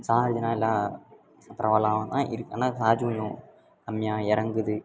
சார்ஜெல்லாம் எல்லாம் பரவாயில்லாம தான் இருக்கு ஆனால் சார்ஜ் கொஞ்சம் கம்மியாக இறங்குது